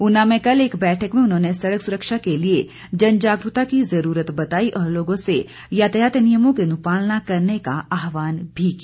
उना में कल एक बैठक में उन्होंने सड़क सुरक्षा के लिए जन जागरूकता की जरूरत बताई और लोगों से यातयात नियमों की अनुपालना करने का आहवान भी किया